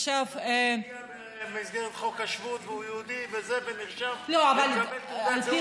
הוא הגיע במסגרת חוק השבות והוא יהודי ונרשם ומקבל תעודת זהות,